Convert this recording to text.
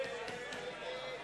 סעיף